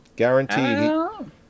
Guaranteed